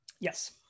Yes